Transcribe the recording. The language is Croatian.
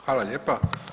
Hvala lijepa.